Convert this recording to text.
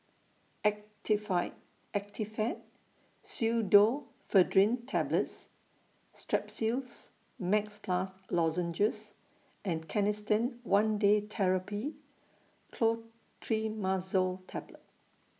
Actifed Pseudoephedrine Tablets Strepsils Max Plus Lozenges and Canesten one Day Therapy Clotrimazole Tablet